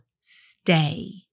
stay